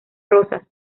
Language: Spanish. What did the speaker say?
rosas